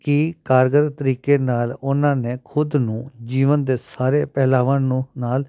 ਕਿ ਕਾਰਗਰ ਤਰੀਕੇ ਨਾਲ ਉਹਨਾਂ ਨੇ ਖੁਦ ਨੂੰ ਜੀਵਨ ਦੇ ਸਾਰੇ ਪਹਿਲਾਵਾਂ ਨੂੰ ਨਾਲ